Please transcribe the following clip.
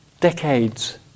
decades